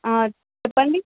చెప్పండి